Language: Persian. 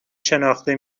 شناخته